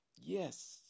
yes